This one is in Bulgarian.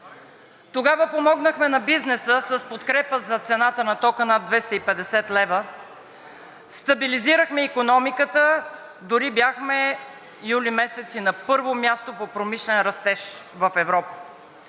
Тогава помогнахме на бизнеса с подкрепа за цената на тока над 250 лв., стабилизирахме икономиката и дори бяхме месец юли на първо място по промишлен растеж в Европа.